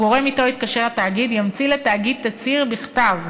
הגורם שאתו התקשר התאגיד ימציא לתאגיד תצהיר בכתב,